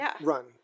run